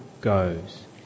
goes